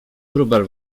wróbel